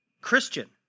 Christian